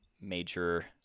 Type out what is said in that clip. major